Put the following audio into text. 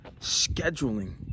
scheduling